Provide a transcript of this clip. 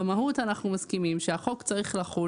במהות אנחנו מסכימים שהחוק צריך לחול